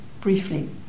briefly